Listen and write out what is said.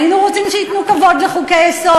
היינו רוצים שייתנו כבוד לחוקי-יסוד,